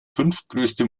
fünftgrößte